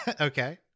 Okay